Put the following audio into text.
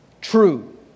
true